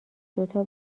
دوتا